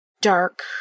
dark